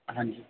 ਹਾਂਜੀ